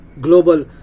global